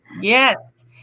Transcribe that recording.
Yes